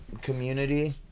community